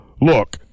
look